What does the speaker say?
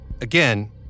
Again